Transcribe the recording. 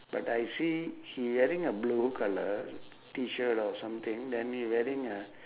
but I see he wearing a blue colour T shirt or something then he wearing a